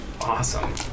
Awesome